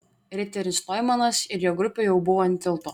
riteris noimanas ir jo grupė jau buvo ant tilto